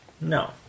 no